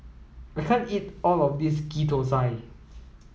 I can't eat all of this Ghee Thosai